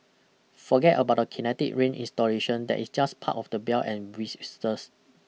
forget about that kinetic rain installation that is just part of the bell and whistles